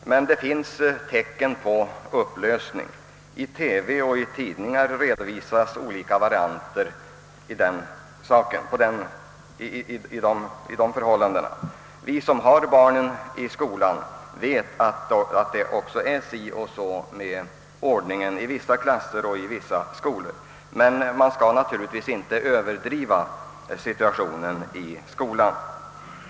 Men det finns också tydliga tecken på upplösning av disciplin och ordning. I TV och tidningar redovisas olika varianter av sådana förhållanden. Vi som har barn i skolan vet, att det är si och så med ordningen i vissa klasser och i vissa skolor. Men man skall naturligtvis inte överdriva allvaret i situationen i skolan.